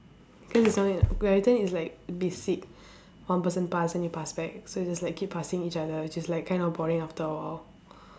cause it's only like badminton is like basic one person pass then you pass back so it's just like keep passing each other which is like kind of boring after a while